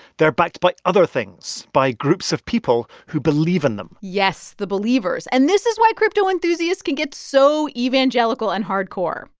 they're backed by other things, by groups of people who believe in them yes, the believers. and this is why crypto enthusiasts can get so evangelical and hardcore.